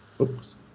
oops